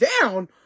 down